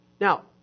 Now